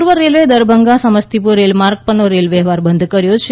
પૂર્વ રેલવેએ દરભંગા સમસ્તીપુર રેલમાર્ગ પરનો રેલ વ્યવહાર બંધ કર્યો છે